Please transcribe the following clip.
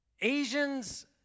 Asians